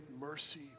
mercy